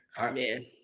Man